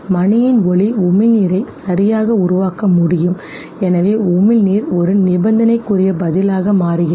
மணியின் ஒலி உமிழ்நீரை சரியாக உருவாக்க முடியும் எனவே உமிழ்நீர் ஒரு நிபந்தனைக்குரிய பதிலாக மாறுகிறது